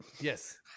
Yes